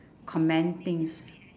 comment things